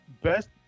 best